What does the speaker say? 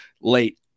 late